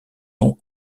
nom